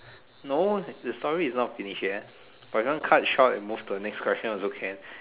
no the story is not finished yet but if you want to cut short and move to the next question also can